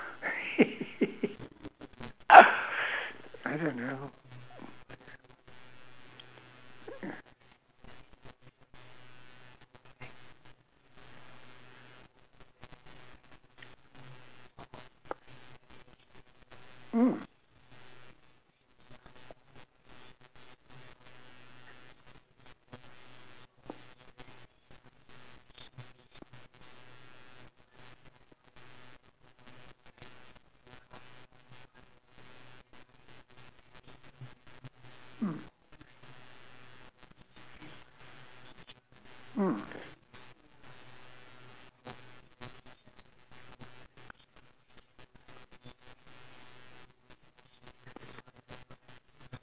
I don't know